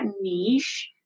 niche